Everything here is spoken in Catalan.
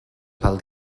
pel